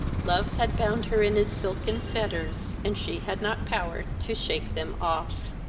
love had bound her in his silken fetters, and she had not power to shake them off.